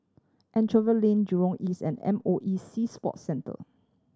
Anchorvale Lane Jurong East and M O E Sea Sports Centre